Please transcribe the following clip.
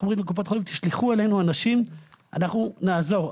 אנחנו אומרים לקופות החולים: ״תשלחו אלינו את האנשים ואנחנו נעזור.״